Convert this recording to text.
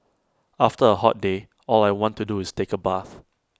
after A hot day all I want to do is take A bath